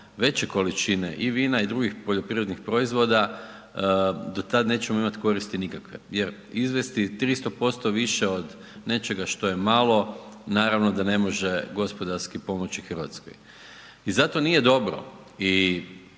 veće količine i vina i drugih poljoprivrednih proizvoda, do tad nećemo imati koristi nikakve. Jer izvesti 300% više od nečega što je malo naravno da ne može gospodarski pomoći Hrvatskoj i zato nije dobro